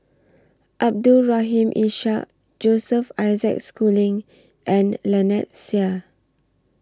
Abdul Rahim Ishak Joseph Isaac Schooling and Lynnette Seah